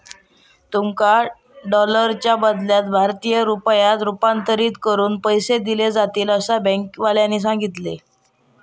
तुमका डॉलरच्या बदल्यात भारतीय रुपयांत रूपांतरीत करून पैसे दिले जातील, असा बँकेवाल्यानी सांगितल्यानी